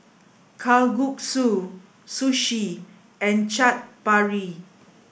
Kalguksu Sushi and Chaat Papri